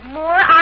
more